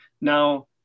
now